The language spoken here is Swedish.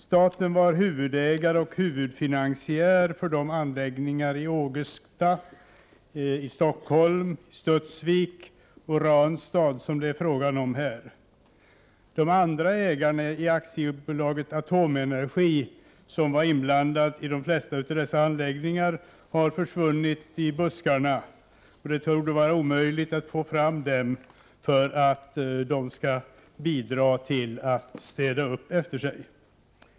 Staten var ju huvudägare och huvudfinansiär för de anläggningar i Ågesta i Stockholm, Studsvik och Ranstad som det här är fråga om. De andra ägarna i AB Atomenergi som var inblandade i de flesta av dessa anläggningar har försvunnit i buskarna. Det torde vara omöjligt att få fram dem för att de skulle kunna bidra till att städa upp efter sig.